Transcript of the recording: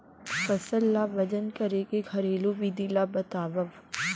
फसल ला वजन करे के घरेलू विधि ला बतावव?